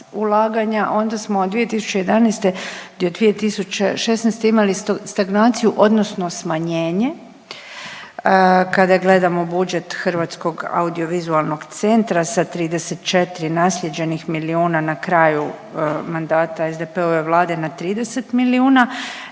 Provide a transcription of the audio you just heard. onda smo od 2011. do 2016. imali stagnaciju odnosno smanjenje kada gledamo budžet Hrvatskog audiovizualnog centra sa 34 naslijeđenih milijuna na kraju mandata SDP-ove Vlade na 30 milijuna,